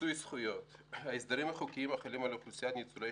מיצוי זכויות ההסדרים החוקיים החלים על אוכלוסיית ניצולי